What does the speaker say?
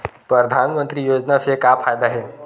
परधानमंतरी योजना से का फ़ायदा हे?